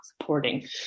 supporting